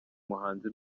muhanzi